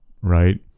right